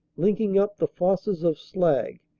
linking up the fosses of slag,